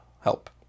help